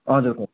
हजुर कोच